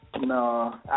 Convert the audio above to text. No